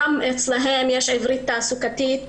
גם אצלם יש עברית תעסוקתית